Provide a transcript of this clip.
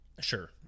Sure